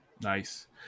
Nice